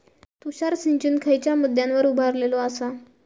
तुषार सिंचन खयच्या मुद्द्यांवर उभारलेलो आसा?